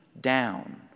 down